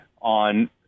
on